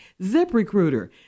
ZipRecruiter